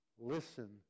listen